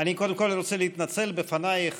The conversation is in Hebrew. אני קודם כול רוצה להתנצל בפנייך,